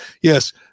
yes